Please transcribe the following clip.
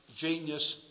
genius